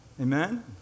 Amen